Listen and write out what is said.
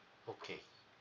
okay